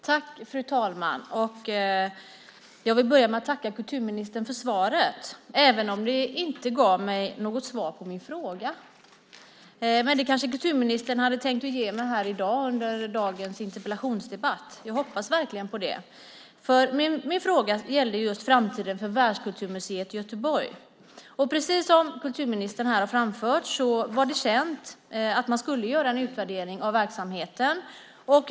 Fru talman! Jag vill börja med att tacka kulturministern för svaret, även om det inte gav mig något svar på min fråga. Men det kanske kulturministern hade tänkt ge mig här i dag under dagens interpellationsdebatt. Jag hoppas verkligen på det. Min fråga gällde just framtiden för Världskulturmuseet i Göteborg. Precis som kulturministern här har framfört var det känt att man skulle göra en utvärdering av verksamheten.